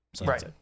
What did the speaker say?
Right